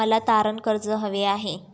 मला तारण कर्ज हवे आहे